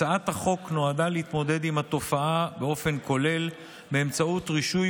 הצעת החוק נועדה להתמודד עם התופעה באופן כולל באמצעות רישוי